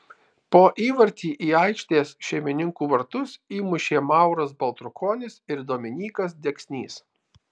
po įvartį į aikštės šeimininkų vartus įmušė mauras baltrukonis ir dominykas deksnys